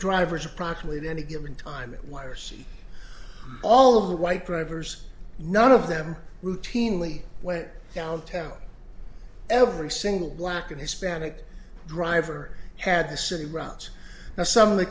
drivers approximate any given time it wires all of the white drivers none of them routinely went downtown every single black and hispanic driver had the city routes now something they